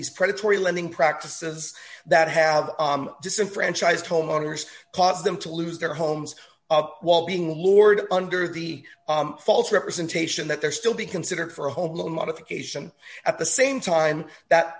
these predatory lending practices that have disenfranchised homeowners caused them to lose their homes while being lured under the false representation that they're still be considered for a home loan modification at the same time that